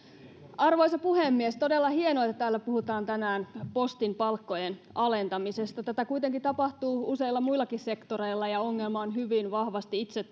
arvoisa puhemies todella hienoa että täällä puhutaan tänään postin palkkojen alentamisesta tätä kuitenkin tapahtuu useilla muillakin sektoreilla ja ongelma on hyvin vahvasti itse